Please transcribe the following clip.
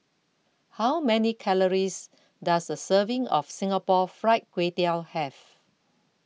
how many calories does a serving of Singapore Fried Kway Tiao have